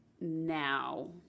now